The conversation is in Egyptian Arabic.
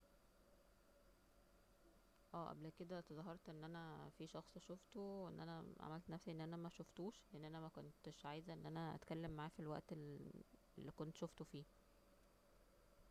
اه قبل كده تظاهرت أن أنا في شخص شوفته وان أنا عملت نفسي أن أنا مشوفتوش لأن أنا مكنتش عايزة أن أنا أتكلم معاه في الوقت اللي انا شوفته فيه